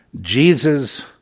Jesus